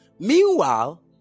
Meanwhile